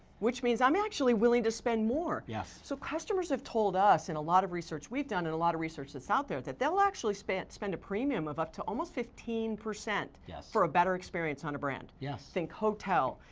which means i'm actually willing to spend more. yes. so customers have told us in a lot of research. we've done in a lot of research that's out there, that they'll actually spend spend a premium of up to almost fifteen, yes. for a better experience on a brand. yes. think hotel,